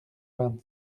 vingt